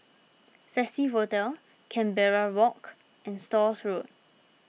Festive Hotel Canberra Walk and Stores Road